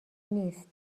نیست